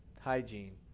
hygiene